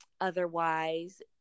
Otherwise